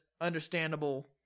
understandable